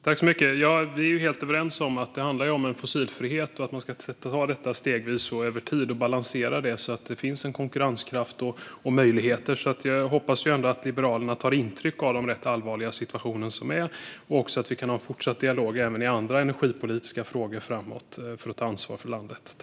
Fru talman! Vi är helt överens om att det handlar om fossilfrihet och om att man ska ta detta stegvis och över tid och balansera det, så att det finns konkurrenskraft och möjligheter. Jag hoppas ändå att Liberalerna tar intryck av den rätt allvarliga situation som råder och att vi kan ha en fortsatt dialog även i andra energipolitiska frågor framöver för att ta ansvar för landet.